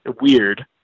weird